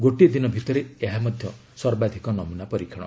ଗୋଟିଏ ଦିନ ଭିତରେ ଏହା ମଧ୍ୟ ସର୍ବାଧିକ ନମ୍ରନା ପରୀକ୍ଷଣ